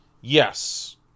Yes